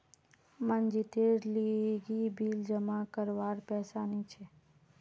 मनजीतेर लीगी बिल जमा करवार पैसा नि छी